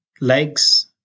legs